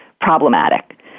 problematic